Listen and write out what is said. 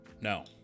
No